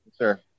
Sure